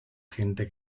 gente